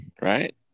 right